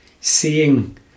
seeing